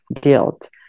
guilt